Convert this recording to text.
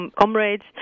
comrades